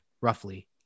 roughly